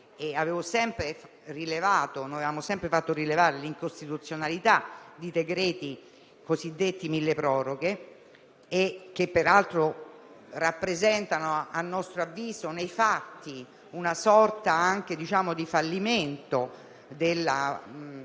fatto sempre rilevare l'incostituzionalità di decreti-legge cosiddetti milleproroghe, che peraltro rappresentano, a nostro avviso, nei fatti, una sorta di fallimento dell'amministrazione